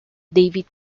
david